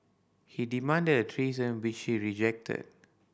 he demanded a threesome which she rejected